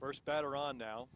first batter on now